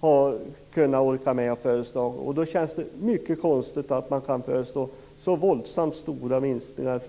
har orkat med att föreslå till området. Då känns det mycket konstigt att Folkpartiet kan föreslå så våldsamt stora minskningar.